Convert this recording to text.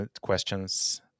questions